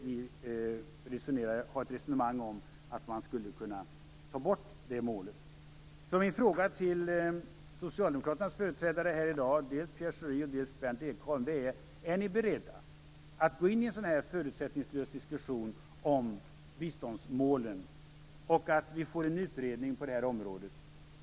Vi för ett resonemang om att man skulle kunna ta bort det målet. Mina frågor till Socialdemokraternas företrädare här i dag, Pierre Schori och Berndt Ekholm, är följande: Är ni beredda att gå in i en förutsättningslös diskussion om biståndsmålen? Kommer vi att få en utredning på detta område?